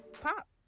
pop